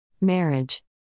Marriage